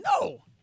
no